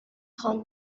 خوام